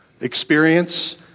experience